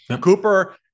Cooper